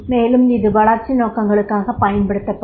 மேலும் இது வளர்ச்சி நோக்கங்களுக்காக பயன்படுத்தப்படும்